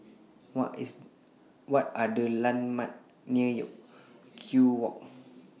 What Are The landmarks near Kew Walk